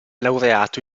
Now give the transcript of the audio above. laureato